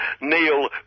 Neil